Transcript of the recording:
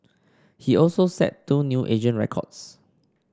he also set two new agent records